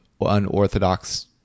unorthodox